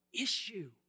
issue